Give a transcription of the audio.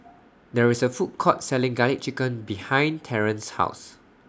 There IS A Food Court Selling Garlic Chicken behind Terrance's House